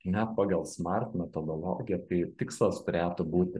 net pagal smart metodologiją tai tikslas turėtų būti